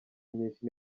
nyinshi